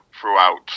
throughout